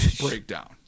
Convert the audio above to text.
breakdown